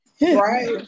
Right